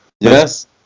Yes